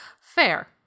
Fair